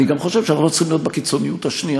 אני גם חושב שאנחנו לא צריכים להיות בקיצוניות השנייה,